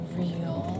real